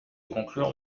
conclure